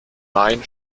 main